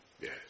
Yes